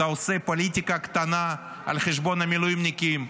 אתה עושה פוליטיקה קטנה על חשבון המילואימניקים,